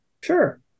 Sure